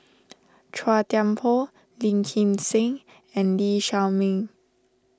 Chua Thian Poh Lim Kim San and Lee Shao Meng